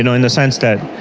you know in the sense that